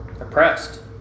Oppressed